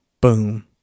Boom